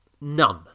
None